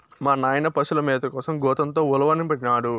మా నాయన పశుల మేత కోసం గోతంతో ఉలవనిపినాడు